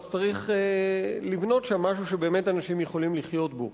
צריך לבנות משהו שבאמת אנשים יכולים לחיות בו.